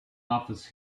office